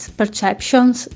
perceptions